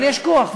אבל יש כוח,